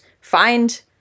find